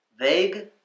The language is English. Vague